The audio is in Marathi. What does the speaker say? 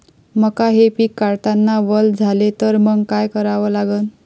मका हे पिक काढतांना वल झाले तर मंग काय करावं लागन?